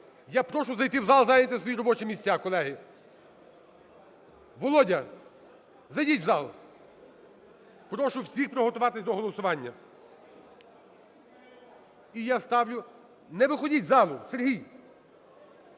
Я прошу зайти в зал зайняти свої робочі місця, колеги. Володя, зайдіть в зал. Прошу всіх приготуватись до голосування. І я ставлю… Не виходіть з залу, Сергій.